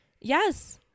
yes